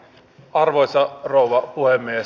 arvoisa rouva puhemies